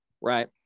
Right